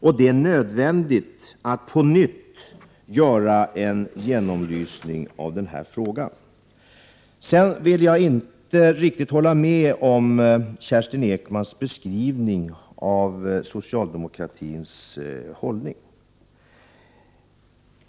Och det är nödvändigt att på nytt göra en genomlysning av denna fråga. Jag vill inte riktigt hålla med om Kerstin Ekmans beskrivning av socialdemokratins hållning.